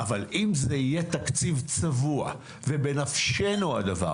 אבל אם זה יהיה תקציב צבוע ובנפשנו הדבר